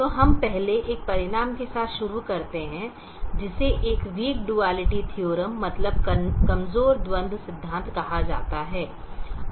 तो हम पहले एक परिणाम के साथ शुरू करते हैं जिसे एक वीक डुआलिटी थीओरम मतलब कमजोर द्वंद्व सिद्धांत कहा जाता है